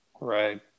Right